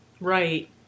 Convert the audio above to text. Right